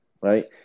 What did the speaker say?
right